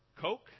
Coke